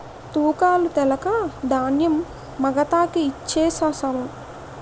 తూకాలు తెలక ధాన్యం మగతాకి ఇచ్ఛేససము